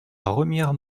remire